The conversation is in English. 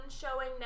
showing